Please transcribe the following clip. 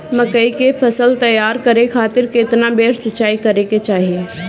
मकई के फसल तैयार करे खातीर केतना बेर सिचाई करे के चाही?